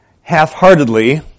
half-heartedly